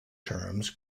terms